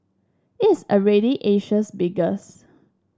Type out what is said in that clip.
it is already Asia's biggest